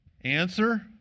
Answer